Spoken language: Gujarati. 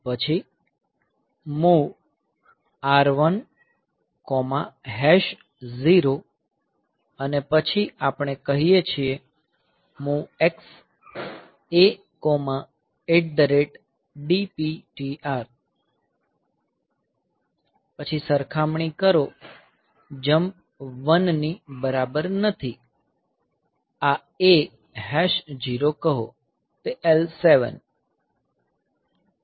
પછી MOV R10 અને પછી આપણે કહીએ છીએ MOVX A DPTR પછી સરખામણી કરો જમ્પ વન ની બરાબર નથી આ A 0 કહો L7